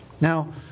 Now